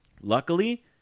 Luckily